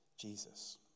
Jesus